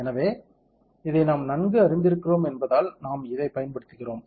எனவே இதை நாம் நன்கு அறிந்திருக்கிறோம் என்பதால் நாம் இதைப் பயன்படுத்துகிறோம்